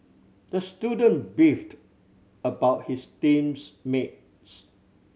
the student beefed about his teams mates